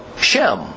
Shem